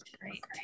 Great